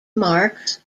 marks